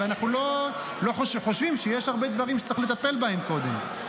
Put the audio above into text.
ואנחנו חושבים שיש הרבה דברים שצריך לטפל בהם קודם.